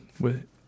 with-